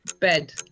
Bed